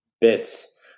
bits